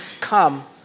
come